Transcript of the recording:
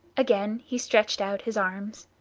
again he stretched out his arms.